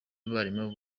abarimu